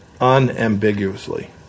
unambiguously